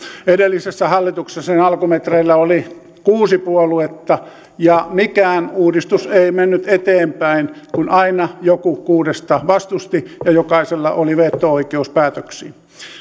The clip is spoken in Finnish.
edellisessä hallituksessa sen alkumetreillä oli kuusi puoluetta ja mikään uudistus ei mennyt eteenpäin kun aina joku kuudesta vastusti ja jokaisella oli veto oikeus päätöksiin